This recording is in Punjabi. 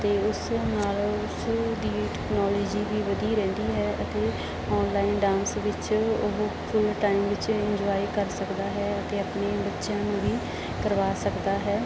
ਅਤੇ ਉਸ ਨਾਲ ਉਸ ਦੀ ਟਕਨੋਲਜੀ ਵੀ ਵਧੀ ਰਹਿੰਦੀ ਹੈ ਅਤੇ ਔਨਲਾਈਨ ਡਾਂਸ ਵਿੱਚ ਉਹ ਫੁੱਲ ਟਾਈਮ ਵਿੱਚ ਇੰਜੋਏ ਕਰ ਸਕਦਾ ਹੈ ਅਤੇ ਆਪਣੇ ਬੱਚਿਆਂ ਨੂੰ ਵੀ ਕਰਵਾ ਸਕਦਾ ਹੈ